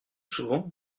souvent